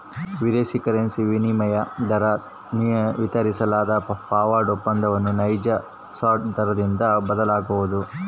ವಿದೇಶಿ ಕರೆನ್ಸಿ ವಿನಿಮಯ ದರ ವಿತರಿಸಲಾಗದ ಫಾರ್ವರ್ಡ್ ಒಪ್ಪಂದವನ್ನು ನೈಜ ಸ್ಪಾಟ್ ದರದಿಂದ ಬದಲಾಗಬೊದು